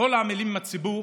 "וכל העמלים עם הציבור,